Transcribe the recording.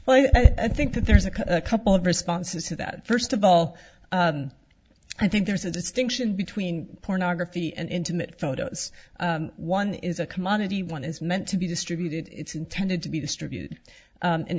well i think that there's a couple of responses to that first of all i think there's a distinction between pornography and intimate photos one is a commodity one is meant to be distributed it's intended to be distribute